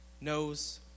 knows